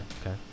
okay